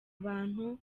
abantu